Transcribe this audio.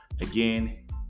again